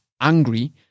angry